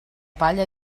palla